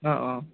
অঁ অঁ